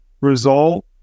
result